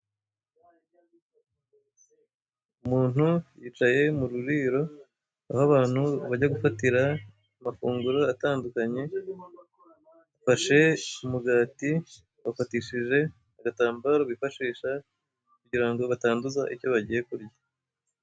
Umuntu yicaye mu ruriro aho abantu bajya gufatira amafunguro atandukanye, afashe umugati awufatishije agatambaro bifashisha kugirango batanduza icyo bagiye kurya.